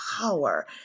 power